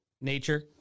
nature